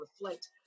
reflect